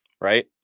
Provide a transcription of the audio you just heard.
Right